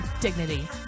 dignity